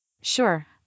Sure